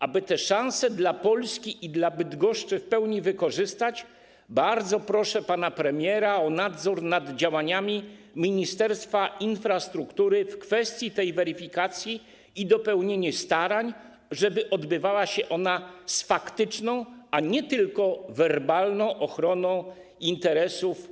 Aby te szanse dla Polski i dla Bydgoszczy w pełni wykorzystać, bardzo proszę pana premiera o nadzór nad działaniami Ministerstwa Infrastruktury w kwestii tej weryfikacji i dopełnienie starań, żeby odbywała się ona z faktyczną, a nie tylko werbalną ochroną polskich interesów.